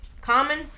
common